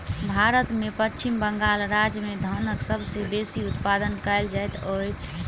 भारत में पश्चिम बंगाल राज्य में धानक सबसे बेसी उत्पादन कयल जाइत अछि